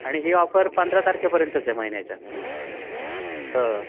आणि ही ऑफर पंधरा तारखेपर्यंतच आहे महिन्याच्या हो